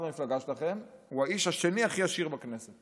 במפלגה שלכם הוא האיש השני הכי עשיר בכנסת